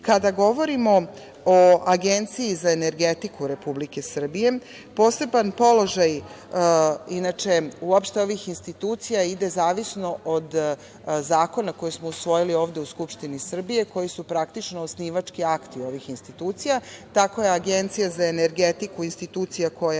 govorimo o Agenciji za energetiku Republike Srbije poseban položaj, inače ovih institucija ide zavisno od zakona koji smo usvojili ovde u Skupštini Srbije koji su praktično osnivački akti ovih institucija. Tako je Agencija za energetiku institucija koja